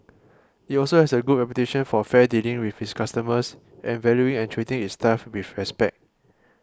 it also has a good reputation for fair dealing with its customers and valuing and treating its staff with respect